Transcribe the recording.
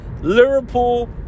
Liverpool